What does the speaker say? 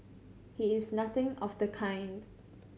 he is nothing of the kind